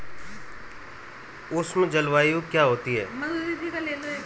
उष्ण जलवायु क्या होती है?